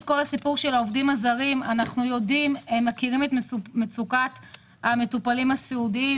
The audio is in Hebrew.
אנחנו מכירים את מצוקת העובדים הזרים לסיעוד,